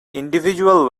individuals